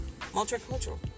multicultural